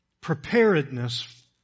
preparedness